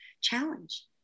challenge